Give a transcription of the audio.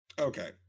Okay